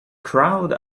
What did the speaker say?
crowd